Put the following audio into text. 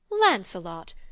Lancelot